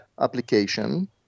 application